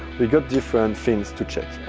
we got different things to check.